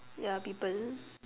ya people